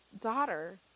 daughter